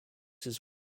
his